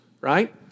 right